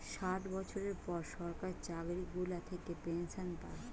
ষাট বছরের পর সরকার চাকরি গুলা থাকে পেনসন পায়